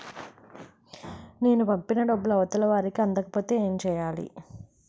నేను పంపిన డబ్బులు అవతల వారికి అందకపోతే ఏంటి చెయ్యాలి?